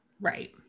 Right